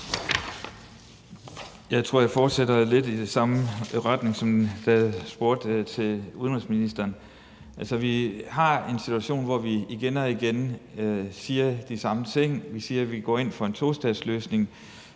Jeg tror, jeg fortsætter lidt i samme spor, som da jeg spurgte udenrigsministeren. Altså, vi har en situation, hvor vi igen og igen siger de samme ting. Vi siger, at vi går ind for en tostatsløsning,